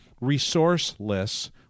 resourceless—